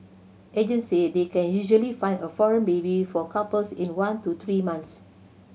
agents say they can usually find a foreign baby for couples in one to three months